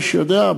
מי שיודע,